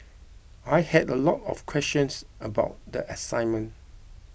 I had a lot of questions about the assignment